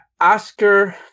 Oscar